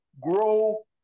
grow